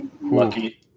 lucky